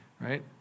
right